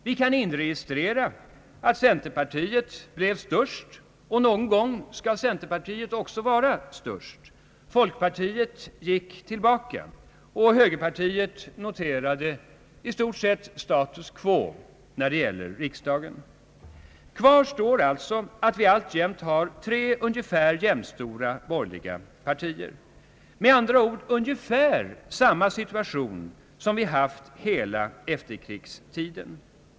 Vi kan inregistrera att centerpartiet blev störst —, och någon gång skall centerpartiet också vara störst. Folkpartiet gick tillbaka och högerpartiet noterade i stort sett status quo. Kvar står alltså, att vi alltjämt har tre ungefär jämnstora borgerliga partier, med andra ord ungefär samma situation som varit rådande under hela efterkrigstiden.